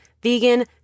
Vegan